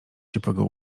ciepłego